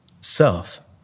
self